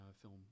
film